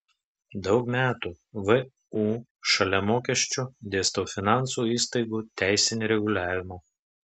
daug metų vu šalia mokesčių dėstau finansų įstaigų teisinį reguliavimą